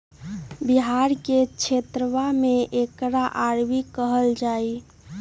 बिहार के क्षेत्रवा में एकरा अरबी कहल जाहई